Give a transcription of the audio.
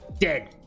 Dead